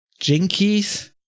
Jinkies